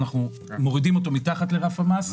אנחנו מורידים אותו מתחת לרף המס,